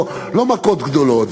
לא מכות גדולות,